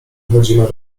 chodzimy